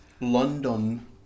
London